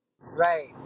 Right